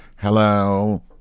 Hello